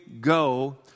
Go